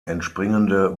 entspringende